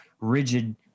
rigid